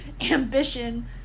ambition